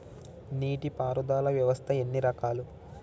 నీటి పారుదల వ్యవస్థ ఎన్ని రకాలు?